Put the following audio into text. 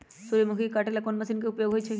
सूर्यमुखी के काटे ला कोंन मशीन के उपयोग होई छइ?